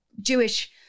Jewish